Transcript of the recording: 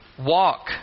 Walk